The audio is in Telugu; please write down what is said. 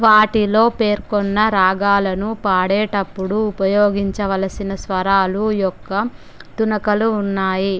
వాటిలో పేర్కొన్న రాగాలను పాడేటప్పుడు ఉపయోగించవలసిన స్వరాలు యొక్క తునకలు ఉన్నాయి